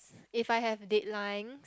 if I have deadline